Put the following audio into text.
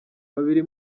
babiri